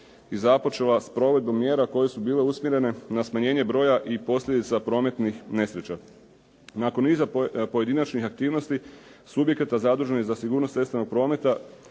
i započela sa provedbom mjera koje su bile usmjerene na smanjenje broja i posljedica prometnih nesreća. Nakon niza pojedinačnih aktivnosti subjekata zaduženih za sigurnost cestovnog prometa